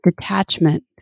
detachment